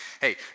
Hey